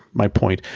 my point,